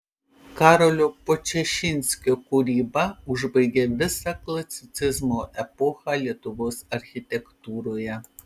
karolio podčašinskio kūryba užbaigė visą klasicizmo epochą lietuvos architektūroje